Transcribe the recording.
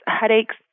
headaches